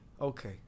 okay